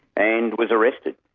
and was arrested.